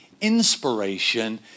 inspiration